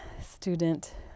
student